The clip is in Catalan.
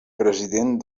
president